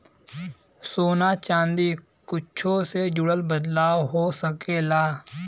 सोना चादी कुच्छो से जुड़ल बदलाव हो सकेला